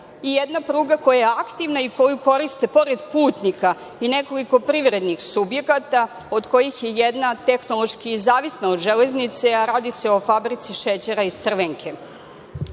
i jedna pruga koja je aktivna i koju koriste pored putnika i nekoliko privrednih subjekata, od kojih je jedna tehnološki zavisna od „Železnice“, a radi se o Fabrici šećera iz